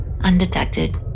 undetected